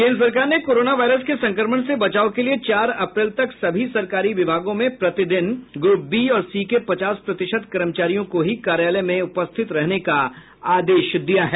केन्द्र सरकार ने कोरोना वायरस के संक्रमण से बचाव के लिये चार अप्रैल तक सभी सरकारी विभागों में प्रतिदिन ग्रुप बी और सी के पचास प्रतिशत कर्मचारियों को ही कार्यालय में उपस्थित रहने का आदेश दिया है